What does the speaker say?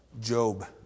Job